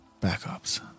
backups